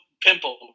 pimple